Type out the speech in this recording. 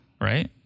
Right